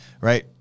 Right